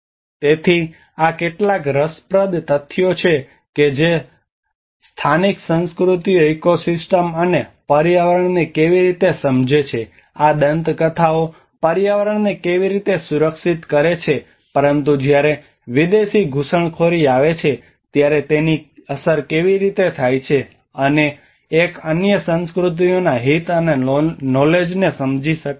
તેથી આ કેટલાક રસપ્રદ તથ્યો છે કે સ્થાનિક સંસ્કૃતિઓ ઇકોસિસ્ટમ અને પર્યાવરણને કેવી રીતે સમજે છે આ દંતકથાઓ પર્યાવરણને કેવી રીતે સુરક્ષિત કરે છે પરંતુ જ્યારે વિદેશી ઘૂસણખોરી આવે છે ત્યારે તેની અસર કેવી રીતે થાય છે અને એક અન્ય સંસ્કૃતિઓના હિત અને નોલેજને સમજી શકતું નથી